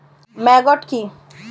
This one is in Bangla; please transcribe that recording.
ম্যাগট কি?